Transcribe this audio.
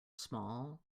small